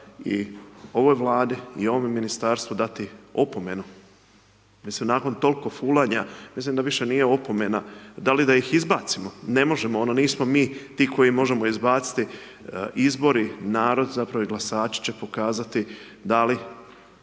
i ovoj vladi i ovome ministarstvu dati opomenu. Nakon toliko fulanja, mislim da više nije opomena, da li da ih izbacimo. Ne možemo nismo mi ti koji mož3mo izbaciti, izbori, narod zapravo i glasaći će pokazati da li